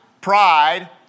pride